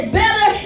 better